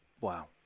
Wow